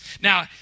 Now